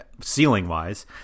ceiling-wise